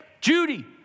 Judy